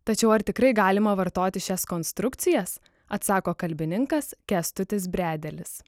tačiau ar tikrai galima vartoti šias konstrukcijas atsako kalbininkas kęstutis bredelis